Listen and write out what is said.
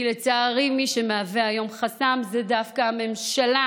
כי לצערי מי שמהווה היום חסם זה דווקא הממשלה,